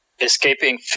escaping